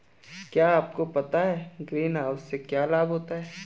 क्या आपको पता है ग्रीनहाउस से क्या लाभ होता है?